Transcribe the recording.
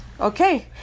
Okay